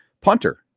punter